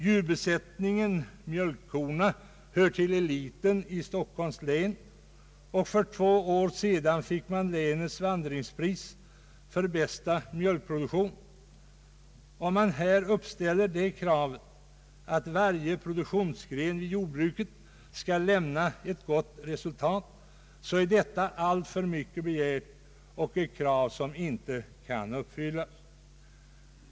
Djurbesättningen — mjölkkorna — hör till eliten i Stockholms län, och för två år sedan fick man länets vandringspris för bästa mjölkproduktion. Om vi uppställer det kravet att varje produktionsgren i jordbruket skall lämna ett gott resultat är detta alltför mycket begärt och ett krav som inte kan uppfyllas.